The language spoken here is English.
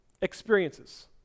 experiences